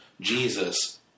Jesus